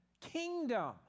kingdom